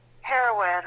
heroin